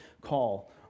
call